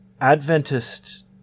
Adventist